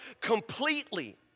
completely